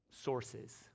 sources